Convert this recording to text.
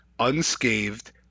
unscathed